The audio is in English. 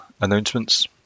announcements